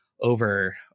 over